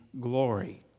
glory